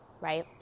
right